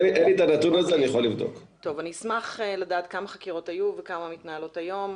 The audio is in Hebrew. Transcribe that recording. אני אשמח לדעת כמה חקירות היו, כמה מתנהלות היום,